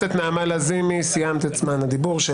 חברת הכנסת נעמה לזימי, סיימת את זמן הדיבור שלך.